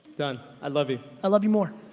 done, i love you. i love you more.